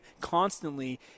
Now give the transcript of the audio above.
constantly